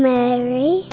Mary